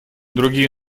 другие